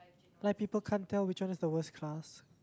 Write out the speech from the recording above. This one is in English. like people can't tell which one is the worse class